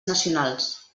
nacionals